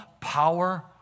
power